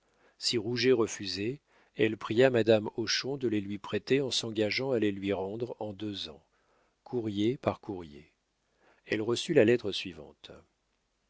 rouget refusait elle pria madame hochon de les lui prêter en s'engageant à les lui rendre en deux ans courrier par courrier elle reçut la lettre suivante